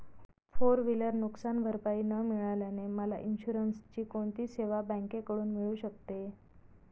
Four wheeler नुकसानभरपाई न मिळाल्याने मला इन्शुरन्सची कोणती सेवा बँकेकडून मिळू शकते?